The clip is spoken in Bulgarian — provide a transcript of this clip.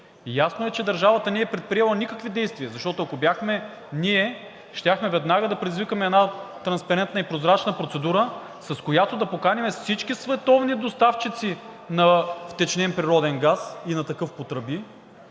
Ясно е, че държавата не е предприела никакви действия, защото, ако бяхме ние, щяхме веднага да предизвикаме една транспарантна и прозрачна процедура, с която да поканим всички световни доставчици на втечнен природен газ и на такъв по тръби